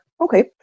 Okay